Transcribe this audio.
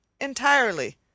entirely